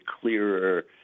clearer